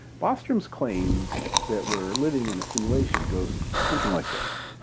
bostrom's claim that we're living in a simulation goes something like this.